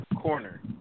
corner